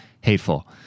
hateful